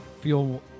feel